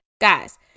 Guys